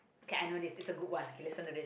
okay I know this is a good one you listen to this